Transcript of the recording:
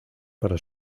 para